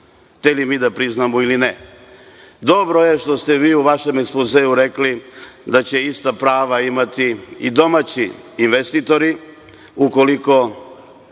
hteli mi da priznamo ili ne. Dobro je što ste vi u vašem ekspozeu rekli da će ista prava imati i domaći investitori, ukoliko